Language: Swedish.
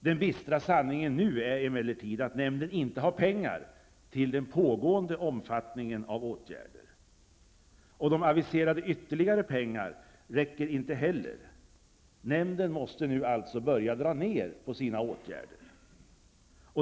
Den bistra sanningen nu är emellertid är att nämnden inte har pengar till den pågående omfattningen av åtgärder. De aviserade ytterligare pengarna räcker inte heller. Nämnden måste alltså börja dra ner på sina åtgärder.